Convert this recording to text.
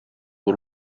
por